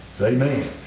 Amen